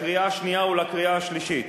לקריאה השנייה ולקריאה השלישית.